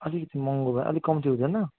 अलिकति महँगो भयो अलिक कम्ती हुँदैन